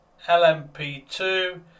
LMP2